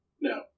No